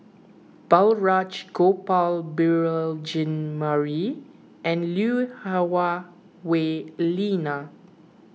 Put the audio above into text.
Balraj Gopal Beurel Jean Marie and Lui Hah Wah Elena